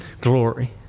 glory